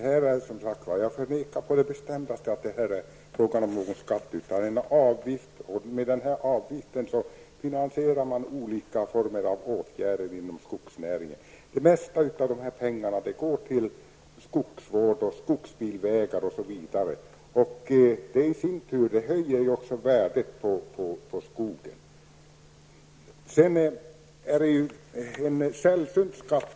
Herr talman! Jag förnekar å det bestämdaste att det är fråga om en skatt, utan det är en avgift. Med den här avgiften finansierar man olika former av åtgärder inom skogsnäringen. Det mesta av dessa pengar går till skogsvård, skogsbilvägar osv. Det höjer i sin tur värdet på skogen. Om det skulle vara en skatt är det fråga om en sällsynt skatt.